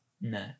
No